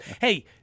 Hey